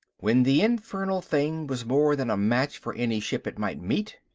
when the infernal thing was more than a match for any ship it might meet.